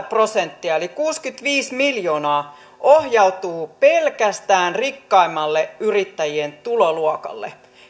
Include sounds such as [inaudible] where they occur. [unintelligible] prosenttia eli kuusikymmentäviisi miljoonaa ohjautuu pelkästään rikkaimmalle yrittäjien tuloluokalle